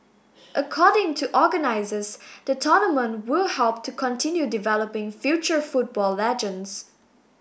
according to organisers the tournament will help to continue developing future football legends